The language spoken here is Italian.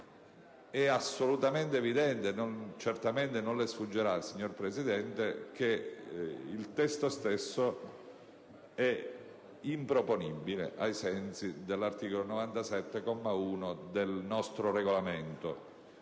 è assolutamente evidente - e certamente non le sfuggirà, signor Presidente - che il testo stesso è improponibile, ai sensi dell'articolo 97, comma 1, del nostro Regolamento.